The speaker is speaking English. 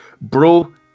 Bro